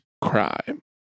crime